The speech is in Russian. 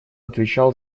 отвечал